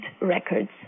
Records